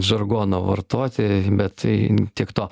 žargoną vartoti bet tai tiek to